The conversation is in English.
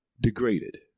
degraded